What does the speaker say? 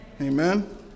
Amen